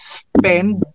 spend